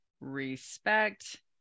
respect